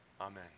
Amen